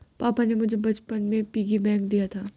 पापा ने मुझे बचपन में पिग्गी बैंक दिया था